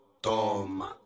toma